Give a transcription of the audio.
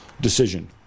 decision